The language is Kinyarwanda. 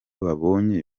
babonye